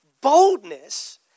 boldness